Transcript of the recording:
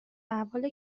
احوال